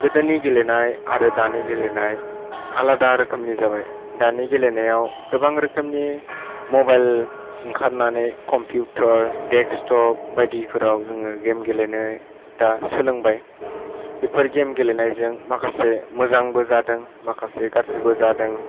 गोदोनि गेलेनाय आरो दानि गेलेनाय आलादा रोखोमनि जाबाय दानि गेलेनायाव गैबां रोखोमनि मबाइल ओंखारनानै कम्पिउटार देक्सटप बायदिफोराव जों गेम गेलेनो दा सोलोंबाय बेफोर गेम गेलेनायजों माखासे मोजांबो जादों माखासे गाज्रिबो जादों